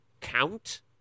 count